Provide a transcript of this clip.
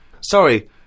Sorry